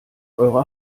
eure